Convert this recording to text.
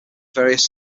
various